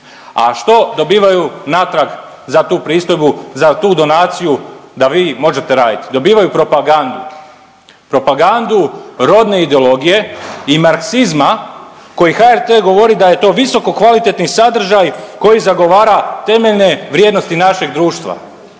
a što dobivaju natrag za tu pristojbu, za tu donaciju da vi možete radit, dobivaju propagandu, propagandu rodne ideologije i marksizma koji HRT govori da je to visoko kvalitetni sadržaj koji zagovora temeljne vrijednosti našeg društva,